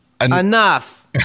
enough